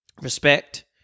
respect